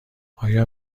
آیا